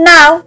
Now